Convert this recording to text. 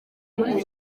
muri